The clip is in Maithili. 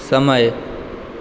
समय